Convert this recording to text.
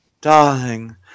Darling